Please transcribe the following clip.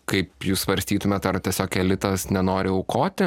kaip jūs svarstytumėt ar tiesiog elitas nenori aukoti